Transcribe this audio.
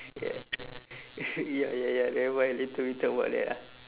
ya ya ya ya never mind later we talk about that ah